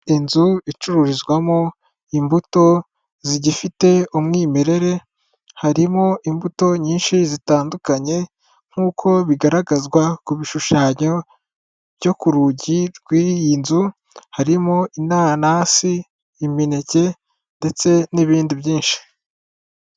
Inzu icururizwamo imbuto zigifite umwimerere, harimo imbuto nyinshi zitandukanye nk'uko bigaragazwa ku bishushanyo byo ku rugi rw'iyi nzu; harimo inanasi, imineke, ndetse n'ibindi byinshi.